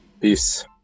Peace